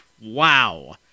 wow